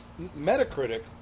Metacritic